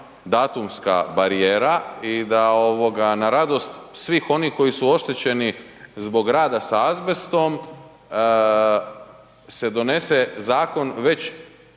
datumska barijera i da ovoga na radost svih onih koji su oštećeni zbog rada sa azbestom se donese zakon već